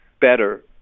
better